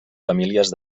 famílies